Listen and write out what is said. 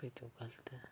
भाई तूं गलत ऐं